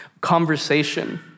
Conversation